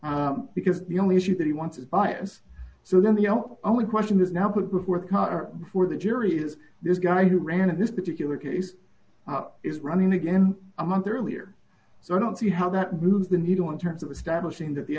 because the only issue that he wants is biased so then the only question that now put before the car before the jury is this guy who ran in this particular case is running again in a month earlier so i don't see how that moves the needle in terms of establishing that